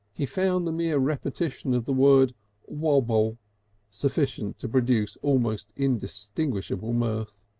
he found the mere repetition of the word wabble sufficient to produce almost inextinguishable mirth.